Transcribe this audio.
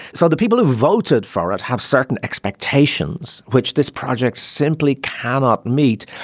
so the people who voted for it have certain expectations which this project simply cannot meet.